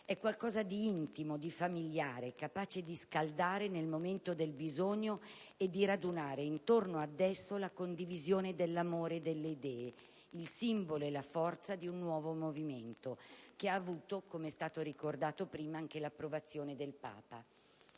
qualcosa di intimo e familiare, capace di scaldare nel momento del bisogno e di radunare intorno ad esso la condivisione dell'amore e delle idee, il simbolo e la forza di un nuovo movimento, che ha avuto - è stato ricordato - anche l'approvazione del Papa.